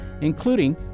including